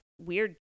weird